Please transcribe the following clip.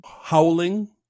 howling